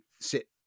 sit